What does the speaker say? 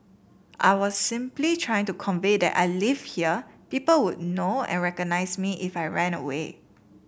I was simply trying to convey that I lived here people would know and recognise me if I ran away